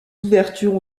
ouvertures